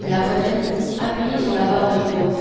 la poitrine appuyée sur la barre de bois